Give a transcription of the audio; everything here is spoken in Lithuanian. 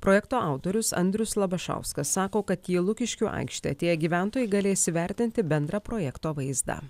projekto autorius andrius labašauskas sako kad į lukiškių aikštę atėję gyventojai galės įvertinti bendrą projekto vaizdą